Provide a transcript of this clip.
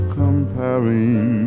comparing